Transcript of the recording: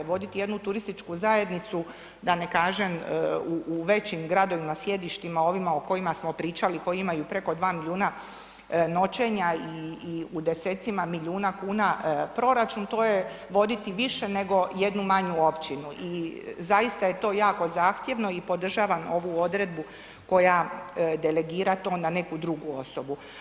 Vodit jednu turističku zajednicu da ne kažem u većim gradovima, sjedištima ovima o kojima pričali koji imaju preko 2 miliona noćenja i u 10-cima milijuna kuna proračun to je voditi više nego voditi jednu manju općinu i zaista je to jako zahtjevno i podržavam ovu odredbu koja delegira to na neku drugu osobu.